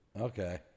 Okay